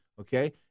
okay